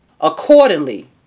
accordingly